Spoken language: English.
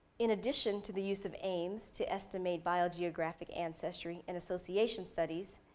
in addition to the use of aims to estimate biogeographic ancestry in association studies,